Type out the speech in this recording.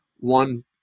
One